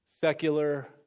secular